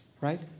Right